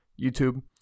YouTube